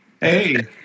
Hey